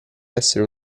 essere